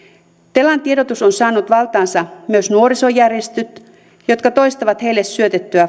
telan tiedotus on saanut valtaansa myös nuorisojärjestöt jotka toistavat heille syötettyä